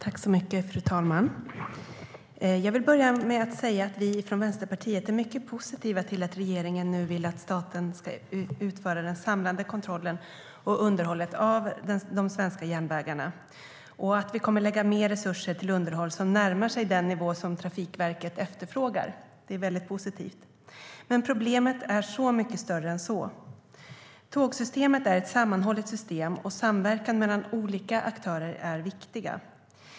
Fru talman! Jag vill börja med att säga att vi från Vänsterpartiet är mycket positiva till att regeringen nu vill att staten ska utföra den samlade kontrollen och underhållet av de svenska järnvägarna och att man kommer att lägga mer resurser på underhåll som närmar sig den nivå som Trafikverket efterfrågar. Det är väldigt positivt. Men problemet är så mycket större än så. Tågsystemet är ett sammanhållet system, och samverkan mellan olika aktörer är viktig.